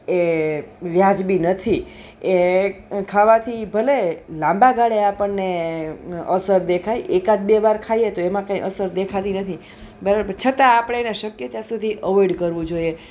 એ વ્યાજબી નથી એ ખાવાથી ભલે લાંબા ગાળે આપણને અસર દેખાય એકાદ બે વાર ખાઈએ તો એમાં કંઈ અસર દેખાતી નથી બરાબર છતાં આપણે એને શક્ય ત્યાં સુધી એવોઈડ કરવું જોઈએ